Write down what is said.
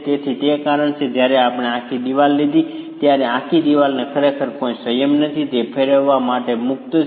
તેથી તે કારણ છે કે જ્યારે આપણે આખી દિવાલ લીધી ત્યારે આખી દિવાલને ખરેખર કોઈ સંયમ નથી તે ફેરવવા માટે મુક્ત છે